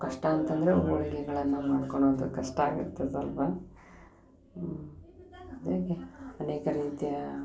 ಕಷ್ಟ ಅಂತಂದರೆ ಹೋಳಿಗೆಗಳನ್ನ ಮಾಡ್ಕೊಳೋದು ಕಷ್ಟ ಆಗುತ್ತೆ ಸ್ವಲ್ಪ ಅದಕ್ಕೆ ಅನೇಕ ರೀತಿಯ